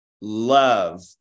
love